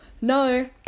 No